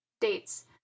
Dates